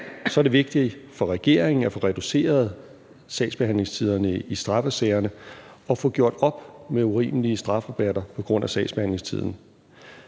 er det vigtigt for regeringen at få reduceret sagsbehandlingstiderne i straffesagerne og få gjort op med urimelige strafrabatter på grund af sagsbehandlingstiden.